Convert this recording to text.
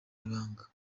ibanga